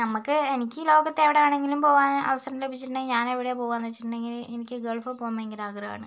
നമുക്ക് എനിക്ക് ലോകത്തെവിടെ വേണമെങ്കിലും പോകാൻ അവസരം ലഭിച്ചിട്ടുണ്ടെങ്കിൽ ഞാൻ എവിടെയാണ് പോകാനെന്ന് വെച്ചിട്ടുണ്ടെങ്കിൽ എനിക്ക് ഗൾഫിൽ പോകാൻ ഭയങ്കര ആഗ്രഹമാണ്